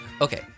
Okay